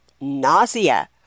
nausea